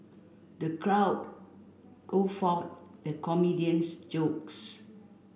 the crowd guffawed at comedian's jokes